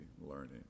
learning